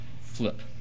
flip